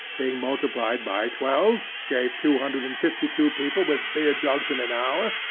being multiplied by twelve, gave two hundred and fifty-two people with beer-jugs in an hour,